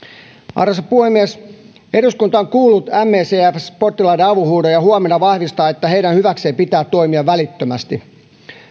arvoisa puhemies eduskunta on kuullut me cfs potilaiden avunhuudon ja huomenna vahvistaa että heidän hyväkseen pitää toimia välittömästi